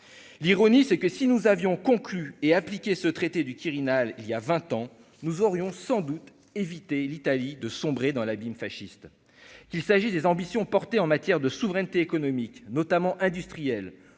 l'ironie, c'est que si nous avions conclu et appliquer ce traité du Quirinal, il y a 20 ans, nous aurions sans doute éviter l'Italie de sombrer dans l'abîme fasciste, il s'agit des ambitions portées en matière de souveraineté économique, notamment industriels